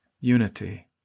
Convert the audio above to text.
unity